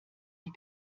die